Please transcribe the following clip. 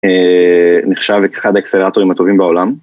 נחשב אחד האקסטרלטורים הטובים בעולם.